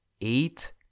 eight